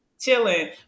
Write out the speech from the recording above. chilling